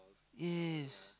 yes